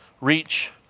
reach